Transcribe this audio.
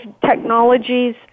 technologies